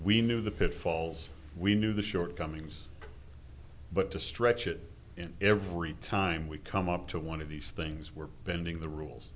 we knew the pitfalls we knew the shortcomings but to stretch it in every time we come up to one of these things were bending the rules